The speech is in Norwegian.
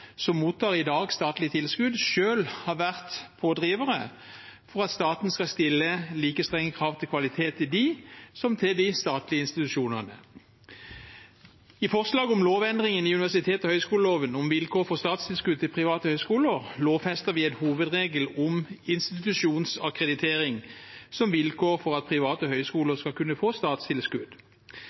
som i dag mottar statlig tilskudd, selv har vært pådrivere for at staten skal stille like strenge krav til kvalitet til dem som til de statlige institusjonene. I forslaget om lovendringen i universitets- og høyskoleloven om vilkår for statstilskudd til private høyskoler lovfester vi en hovedregel om institusjonens akkreditering som vilkår for at private høyskoler skal kunne få statstilskudd.